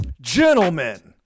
Gentlemen